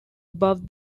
above